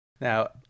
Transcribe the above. Now